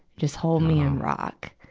just hold me and rock.